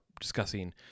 discussing